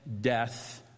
death